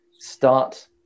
start